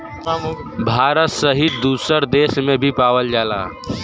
भारत सहित दुसर देस में भी पावल जाला